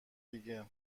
دیگه